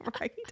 right